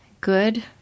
good